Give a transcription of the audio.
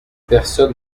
personne